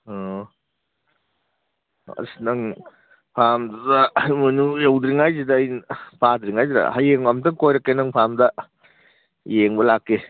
ꯑꯣ ꯑꯁ ꯅꯪ ꯐꯥꯝꯗꯨꯗ ꯏꯃꯣꯏꯅꯨ ꯌꯧꯗ꯭ꯔꯤꯉꯥꯏꯁꯤꯗ ꯑꯩ ꯐꯥꯗ꯭ꯔꯤꯉꯩꯁꯤꯗ ꯍꯌꯦꯡ ꯑꯝꯇ ꯀꯣꯏꯔꯛꯀꯦ ꯅꯪ ꯐꯥꯝꯗ ꯌꯦꯡꯕ ꯂꯥꯛꯀꯦ